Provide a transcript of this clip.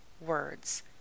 words